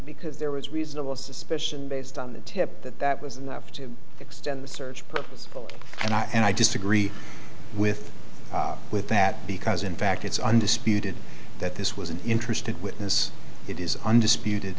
because there was reasonable suspicion based on the tip that that was enough to extend the search purposeful and i disagree with with that because in fact it's undisputed that this was an interesting witness it is undisputed